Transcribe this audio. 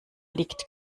liegt